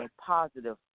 positive